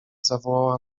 zawołała